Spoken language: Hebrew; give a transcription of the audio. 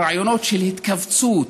הרעיונות של התכווצות,